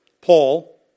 Paul